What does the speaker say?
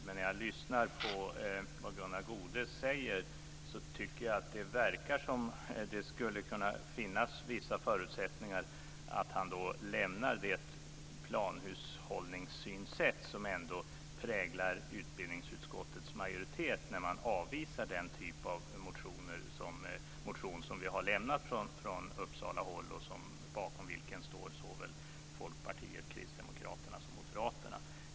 Men när jag lyssnar på vad Gunnar Goude säger tycker jag att det verkar som om det skulle kunna finnas vissa förutsättningar för att han lämnar det planhushållningssynsätt som ändå präglar utbildningsutskottets majoritet när man avvisar den typ av motion som vi har lämnat från Uppsalahåll, bakom vilken står såväl Folkpartiet som Kristdemokraterna och Moderaterna.